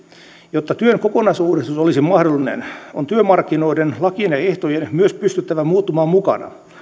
jotta työn kokonaisuudistus olisi mahdollinen on työmarkkinoiden lakien ja ehtojen myös pystyttävä muuttumaan mukana